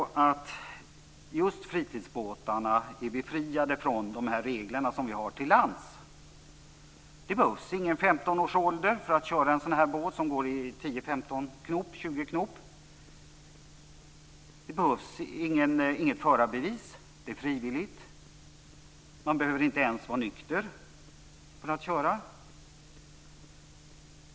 Just fritidsbåtarna är befriade från de regler som vi har till lands. Man behöver inte vara 15 år för att köra en båt som går i 10-20 knop. Det behövs inget förarbevis. Det är frivilligt. Man behöver inte ens vara nykter för att köra.